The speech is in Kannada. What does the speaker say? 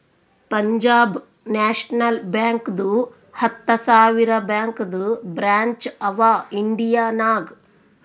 ಪಂಜಾಬ್ ನ್ಯಾಷನಲ್ ಬ್ಯಾಂಕ್ದು ಹತ್ತ ಸಾವಿರ ಬ್ಯಾಂಕದು ಬ್ರ್ಯಾಂಚ್ ಅವಾ ಇಂಡಿಯಾ ನಾಗ್